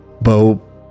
Bo